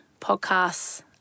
podcasts